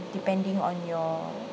depending on your